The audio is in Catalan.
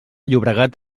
llobregat